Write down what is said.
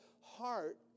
heart